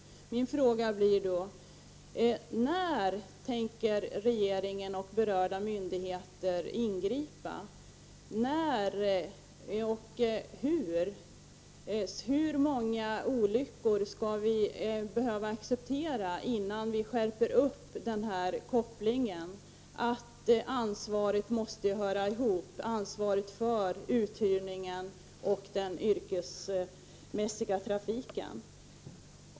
Min fråga blir då: När tänker regeringen och berörda myndigheter ingripa? Hur många olyckor skall vi behöva acceptera innan vi skärper den här kopplingen, att ansvaret för uthyrning måste höra ihop med ansvaret för den yrkesmässiga trafiken?